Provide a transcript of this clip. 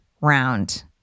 round